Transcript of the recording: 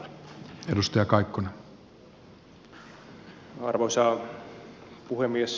arvoisa puhemies